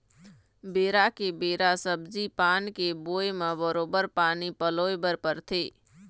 बेरा के बेरा सब्जी पान के बोए म बरोबर पानी पलोय बर परथे